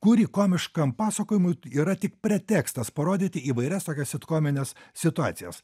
kuri komiškam pasakojimui yra tik pretekstas parodyti įvairias tokias sitkomines situacijas